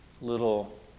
little